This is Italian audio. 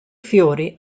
fiori